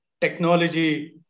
technology